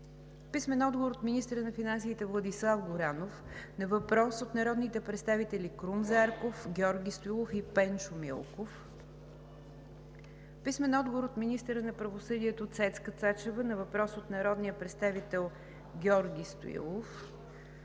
и Пенчо Милков; - министъра на финансите Владислав Горанов на въпрос от народните представители Крум Зарков, Георги Стоилов и Пенчо Милков; - министъра на правосъдието Цецка Цачева на въпрос от народния представител Георги Стоилов;